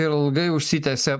ilgai užsitęsė